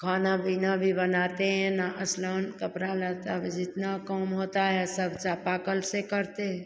खाना पीना भी बनाते हैं ना स्नान कपड़ा लता व जितना काम होता है सब चापाकल से करते हैं